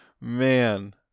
man